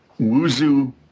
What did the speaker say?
Wuzu